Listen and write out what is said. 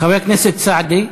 חבר הכנסת סעדי.